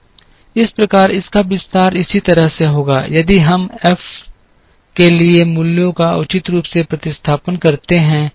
इस प्रकार इसका विस्तार इसी तरह से होगा यदि हम इस एफ के लिए मूल्यों का उचित रूप से प्रतिस्थापन करते रहें